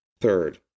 Third